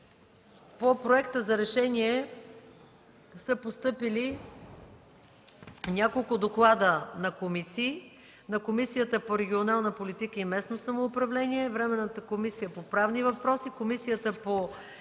По проекта за решение са постъпили няколко доклада на комисии – Комисията по регионална политика и местно самоуправление, Временната комисия по правни въпроси и Комисията по